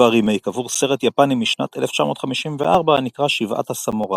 רימייק עבור סרט יפני משנת 1954 הנקרא "שבעת הסמוראים".